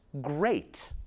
great